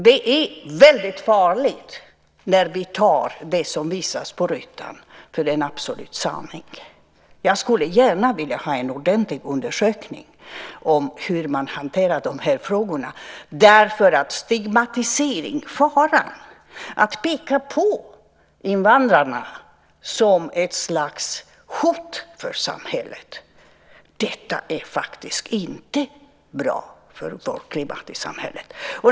Det är väldigt farligt när vi tar det som visas i rutan för absolut sanning. Jag skulle gärna vilja ha en ordentlig undersökning av hur man hanterar de här frågorna. Stigmatiseringsfaran, att peka på invandrarna som ett slags hot för samhället, är faktiskt inte bra för debatten i samhället.